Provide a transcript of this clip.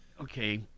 Okay